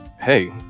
hey